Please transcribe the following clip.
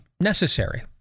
necessary